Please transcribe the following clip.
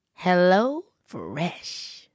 HelloFresh